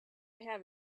have